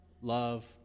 love